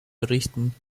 berichten